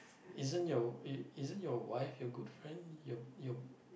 isn't your y~ wife your good friend your your